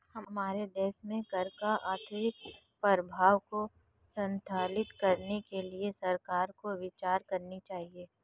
हमारे देश में कर का आर्थिक प्रभाव को संतुलित करने के लिए सरकार को विचार करनी चाहिए